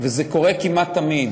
זה קורה כמעט תמיד,